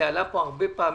זה עלה פה הרבה פעמים,